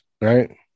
right